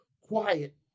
quiet